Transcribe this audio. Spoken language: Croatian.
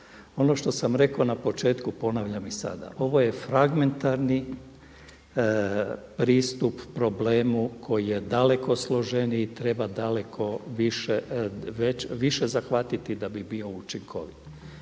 Ono što sam rekao na početku, ponavljam i sada, ovo je fragmentarni pristup problemu koji je daleko složeniji i treba daleko više zahvatiti da bi bio učinkovit.